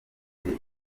ufite